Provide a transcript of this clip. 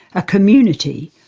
a community,